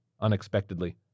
Unexpectedly